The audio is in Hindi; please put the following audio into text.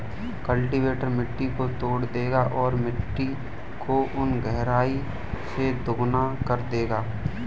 कल्टीवेटर मिट्टी को तोड़ देगा और मिट्टी को उन गहराई से दोगुना कर देगा